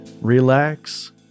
relax